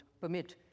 permit